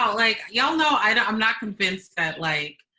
um like, ya'll know, and i'm not convinced that like,